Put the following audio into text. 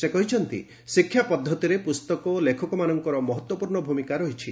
ସେ କହିଛନ୍ତି ଶିକ୍ଷା ପଦ୍ଧତିରେ ପୁସ୍ତକ ଓ ଲେଖକମାନଙ୍କର ମହତ୍ୱପୂର୍ଣ୍ଣ ଭୂମିକା ରହିଛି